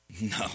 No